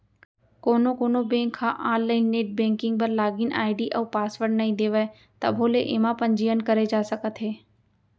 कोनो कोनो बेंक ह आनलाइन नेट बेंकिंग बर लागिन आईडी अउ पासवर्ड नइ देवय तभो ले एमा पंजीयन करे जा सकत हे